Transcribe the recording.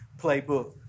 playbook